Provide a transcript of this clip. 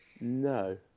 No